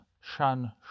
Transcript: Shan